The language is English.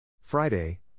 Friday